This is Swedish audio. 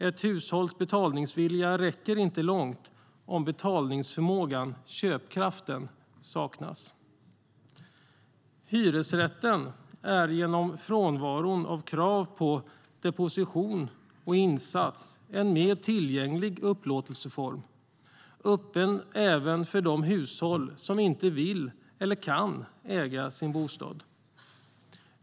Ett hushålls betalningsvilja räcker inte långt om betalningsförmågan, köpkraften, saknas. Hyresrätten är genom frånvaron av krav på deposition och insats en mer tillgänglig upplåtelseform, öppen även för de hushåll som inte vill eller kan äga sin bostad.